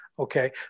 Okay